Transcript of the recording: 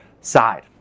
side